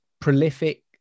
prolific